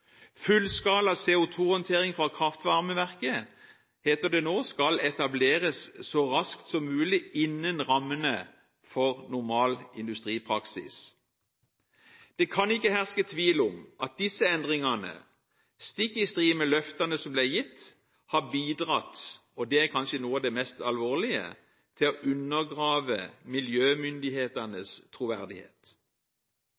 Fullskala CO2-håndtering fra kraftvarmeverket skal etableres så raskt som mulig innen rammene for normal industripraksis.» Det kan ikke herske tvil om at disse endringene, stikk i strid med løftene som ble gitt, har bidratt – og det er kanskje noe av det mest alvorlige – til å undergrave